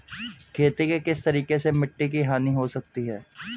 खेती के किस तरीके से मिट्टी की हानि हो सकती है?